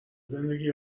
زندگی